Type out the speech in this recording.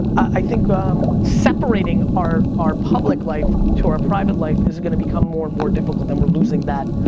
i think um separating our our public life to our private life is going to become more and more difficult and we're losing that.